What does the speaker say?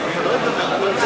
אני מבקשת מכולם ומכולן